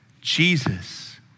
Jesus